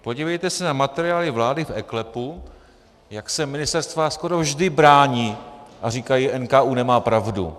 Podívejte se na materiály vlády v eKLEPu, jak se ministerstva skoro vždy brání a říkají: NKÚ nemá pravdu.